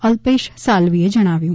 અલ્પેશ સાલવીએ જણાવ્યુ છે